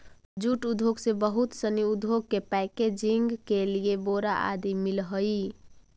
jute उद्योग से बहुत सनी उद्योग के पैकेजिंग के लिए बोरा आदि मिलऽ हइ